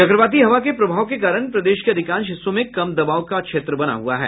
चक्रवाती हवा के प्रभाव के कारण प्रदेश के अधिकांश हिस्सों में कम दबाव के क्षेत्र बना हुआ है